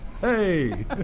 Hey